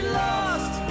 lost